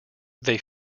they